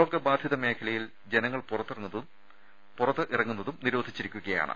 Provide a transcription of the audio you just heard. രോഗബാധിത മേഖലകളിൽ ജനങ്ങൾ പുറത്തിറങ്ങുന്നതും നിരോധിച്ചിരിക്കയാണ്